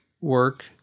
work